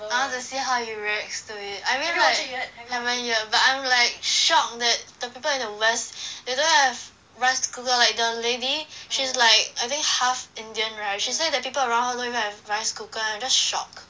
I want to see how he reacts to it I mean like haven't yet but I'm like shocked that the people in the west they don't have rice cooker the lady she's like I think half indian right she say that people around her don't even have rice cooker I just shocked